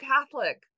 Catholic